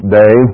day